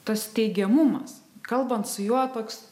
tas teigiamumas kalbant su juo toks